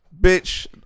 Bitch